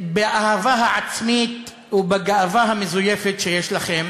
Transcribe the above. באהבה העצמית ובגאווה המזויפת שיש לכם,